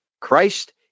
Christ